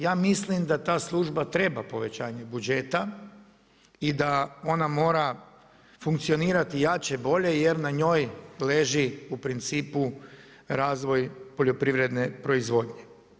Ja mislim da ta služba treba povećanje budžeta i da ona mora funkcionirati, jače, bolje jer na njoj leži u principu razvoj poljoprivredne proizvodnje.